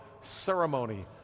ceremony